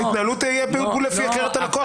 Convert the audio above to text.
ההתנהלות תהיה בדיוק לפי הכר את הלקוח.